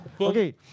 Okay